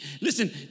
listen